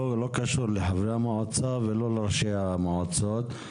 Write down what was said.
לא קשור לחברי המועצה ולא לראשי המועצות.